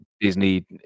disney